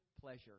pleasure